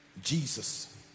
Jesus